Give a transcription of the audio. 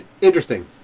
Interesting